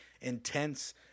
intense